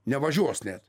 nevažiuos net